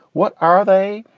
what are they?